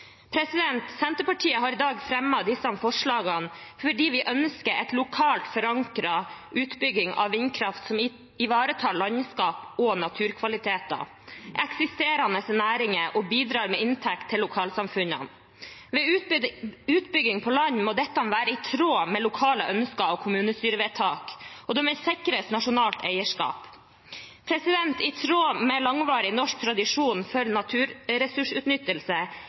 Senterpartiet har i dag fremmet disse forslagene fordi vi ønsker en lokalt forankret utbygging av vindkraft som ivaretar landskap og naturkvaliteter og eksisterende næringer og bidrar med inntekt til lokalsamfunnene. Ved utbygging på land må dette være i tråd med lokale ønsker og kommunestyrevedtak, og det må sikres nasjonalt eierskap. I tråd med langvarig norsk tradisjon for naturressursutnyttelse